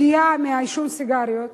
הפגיעה מעישון סיגריות.